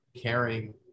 caring